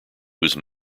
whose